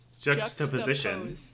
Juxtaposition